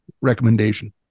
recommendation